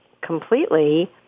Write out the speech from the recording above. completely